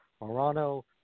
Morano